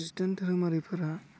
खृष्टान धोरोमारिफोरा